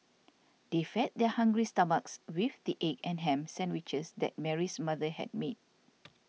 they fed their hungry stomachs with the egg and ham sandwiches that Mary's mother had made